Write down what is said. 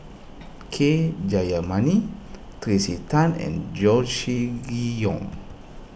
K Jayamani Tracey Tan and Yong